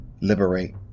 liberate